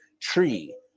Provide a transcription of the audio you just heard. tree